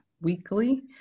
weekly